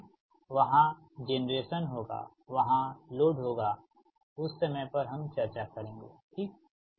क्योंकि वहां जेनरेशन होगावहां लोड होगा उस समय पर हम चर्चा करेंगे ठीक